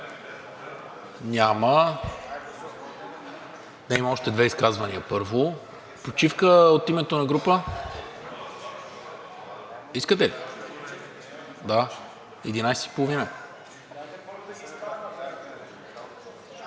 Няма. Има още две изказвания първо. Почивка от името на група? Искате ли, да – 11,30